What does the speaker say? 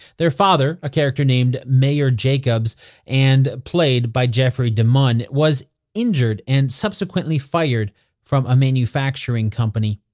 their father, a character named mayer jacobs and played by jeffrey demunn, was injured and subsequently fired from a manufacturing company.